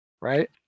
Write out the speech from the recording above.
right